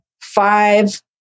five